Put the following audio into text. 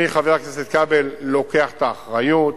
אני, חבר הכנסת כבל, לוקח את האחריות.